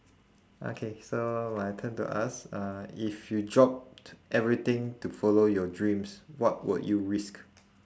okay so my turn to ask uh if you dropped everything to follow your dreams what would you risk